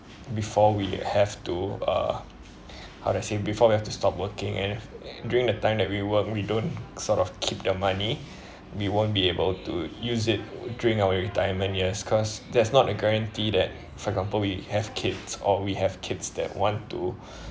before we have to uh how to say before we have to stop working and during the time that we work we don't sort of keep the money we won't be able to use it during our retirement years cause there's not a guarantee that for example we have kids or we have kids that want to